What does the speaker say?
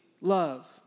love